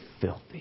filthy